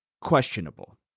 questionable